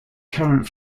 current